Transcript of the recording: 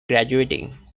graduating